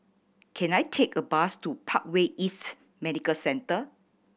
can I take a bus to Parkway East Medical Centre